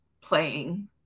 playing